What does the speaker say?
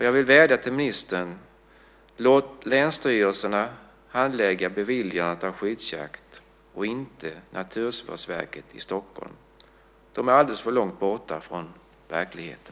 Jag vill vädja till ministern: Låt länsstyrelserna handlägga beviljandet av skyddsjakt och inte Naturvårdsverket i Stockholm. De är alldeles för långt borta från verkligheten.